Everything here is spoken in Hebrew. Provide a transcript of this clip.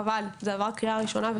חבל, זה עבר קריאה ראשונה.